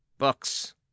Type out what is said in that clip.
books